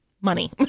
money